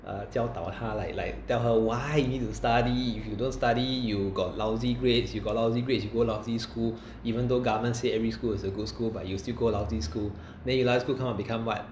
uh 教导她 like like tell her why you need to study if you don't study you got lousy grades you go lousy school GO even though government say every school is a good school but you still go lousy school then you lousy school come out become what